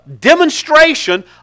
demonstration